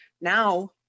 Now